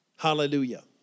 Hallelujah